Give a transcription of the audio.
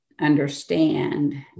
understand